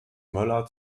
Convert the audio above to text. möller